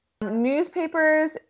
Newspapers